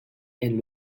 and